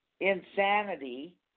insanity